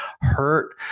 hurt